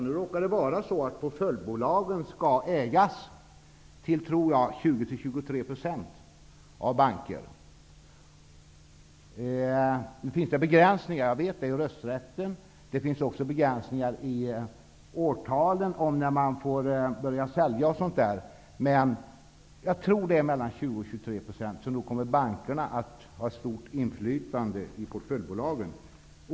Nu råkar det vara så att portföljbolagen till 20--23 % skall ägas av banker. Jag vet att det finns begränsningar i rösträtten. Det finns också begränsningar när det gäller årtalen när man får börja sälja. Men jag tror att det är 20--23 % som skall ägas av banker, så nog kommer de att få ett stort inflytande i portföljbolagen.